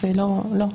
לא.